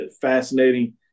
Fascinating